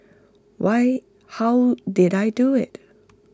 why how did I do IT